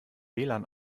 wlan